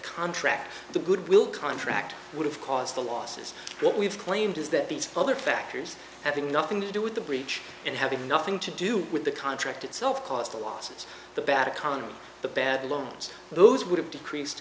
contract the goodwill contract would have caused the losses what we've claimed is that these other factors having nothing to do with the breach and having nothing to do with the contract itself caused the losses the bad economy the bad loans those would have decreased